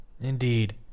indeed